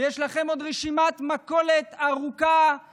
ויש לכם עוד רשימת מכולת ארוכה עם